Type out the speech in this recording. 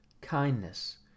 Kindness